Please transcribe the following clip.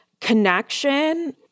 connection